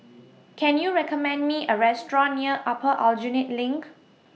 Can YOU recommend Me A Restaurant near Upper Aljunied LINK